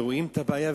ורואים את הבעיה,